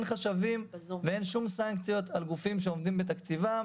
אין חשבים ואין שום סנקציות על גופים שעומדים בתקציבם.